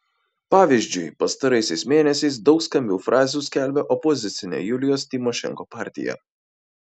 pavyzdžiui pastaraisiais mėnesiais daug skambių frazių skelbia opozicinė julijos tymošenko partija